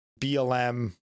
BLM